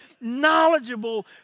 knowledgeable